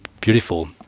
beautiful